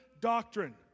doctrine